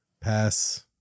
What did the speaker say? Pass